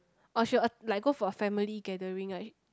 or she will att~ like go for a family gathering right